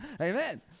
Amen